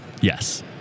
Yes